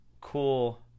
cool